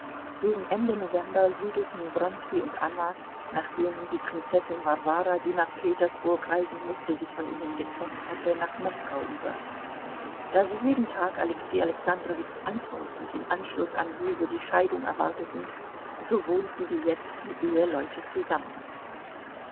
gegen ende november siedelten wronski und anna nachdem die prinzessin warwara die nach petersburg reisen mußte sich von ihnen getrennt hatte nach moskau über da sie jeden tag alexei alexandrowitschs antwort und im anschluß an diese die scheidung erwarteten so wohnten sie jetzt wie eheleute zusammen